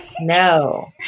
no